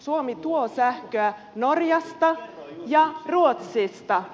suomi tuo sähköä norjasta ja ruotsista